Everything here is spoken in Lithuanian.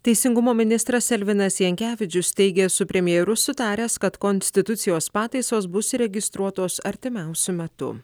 teisingumo ministras elvinas jankevičius teigė su premjeru sutaręs kad konstitucijos pataisos bus įregistruotos artimiausiu metu